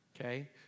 Okay